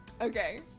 Okay